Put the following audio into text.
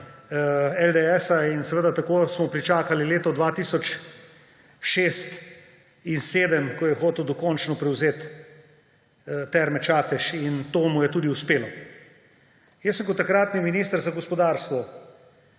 LDS-a. In tako smo pričakali leto 2006 in 2007, ko je hotel dokončno prevzeti Terme Čatež, in to mu je tudi uspelo. Jaz sem kot takratni minister za gospodarstvo